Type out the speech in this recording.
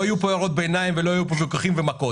לא יהיו כאן הערות ביניים ולא יהיו כאן ויכוחים ומכות.